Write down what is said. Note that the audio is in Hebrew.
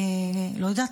אני לא יודעת,